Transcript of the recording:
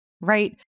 Right